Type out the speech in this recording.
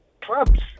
clubs